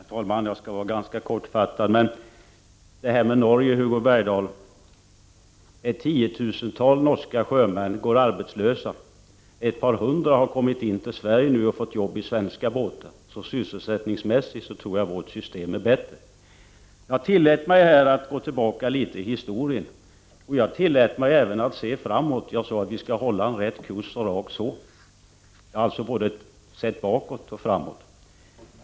Herr talman! Jag skall fatta mig ganska kort. Jag vill bara säga några ord till Hugo Bergdahl om det här med Norge. Ett tiotusental norska sjömän går arbetslösa. Ett par hundra har kommit till Sverige och fått jobb i svenska båtar. Sysselsättningsmässigt tror jag vårt system är bättre. Jag tillät mig att gå tillbaka litet i historien. Jag tillät mig även att se framåt: Jag sade att vi skall hålla rak kurs. Jag har alltså sett både bakåt och framåt.